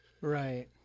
Right